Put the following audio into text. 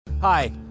Hi